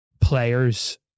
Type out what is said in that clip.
players